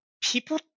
people